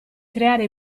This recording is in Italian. creare